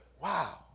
Wow